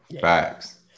Facts